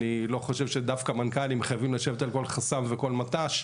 אני לא חושב שדווקא מנכ"לים חייבים לשבת על כל חסם וכל מט"ש.